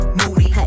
moody